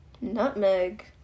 Nutmeg